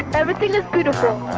everything is beautiful.